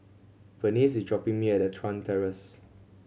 Venice is dropping me at the Chuan Terrace